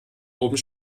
oben